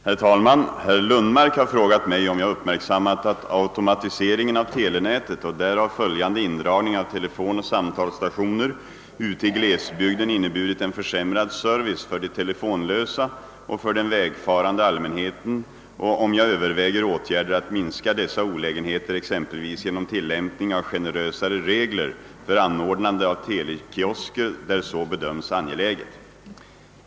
Herr talman! Herr Lundmark har frågat mig om jag uppmärksammat att automatiseringen av telenätet och därav följande indragning av telefonoch samtalsstationer ute i glesbygderna inneburit en försämrad service för de telefonlösa och för den vägfarande allmänheten och om jag överväger åtgärder att minska dessa olägenheter, exempelvis genom tillämpning av generösare regler för anordnande av telekiosker där så bedöms angeläget.